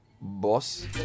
boss